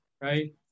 right